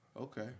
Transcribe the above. Okay